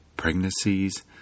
Pregnancies